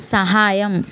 సహాయం